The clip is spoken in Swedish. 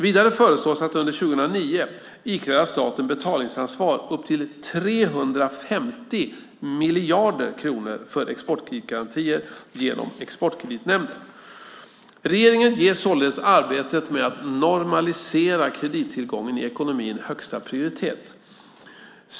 Vidare föreslås att under 2009 ikläda staten betalningsansvar upp till 350 miljarder kronor för exportkreditgarantier genom Exportkreditnämnden. Regeringen ger således arbetet med att normalisera kredittillgången i ekonomin högsta prioritet.